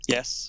Yes